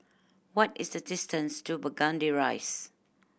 what is the distance to Burgundy Rise